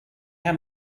how